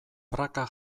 praka